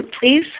please